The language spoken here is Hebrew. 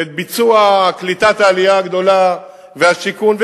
את ביצוע קליטת העלייה הגדולה והשיכון,